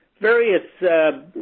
various